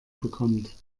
bekommt